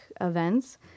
events